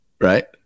Right